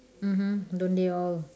mmhmm don't they all